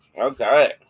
okay